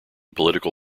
political